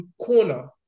corner